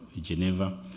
Geneva